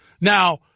Now